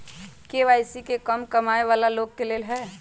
KYC का कम कमाये वाला लोग के लेल है?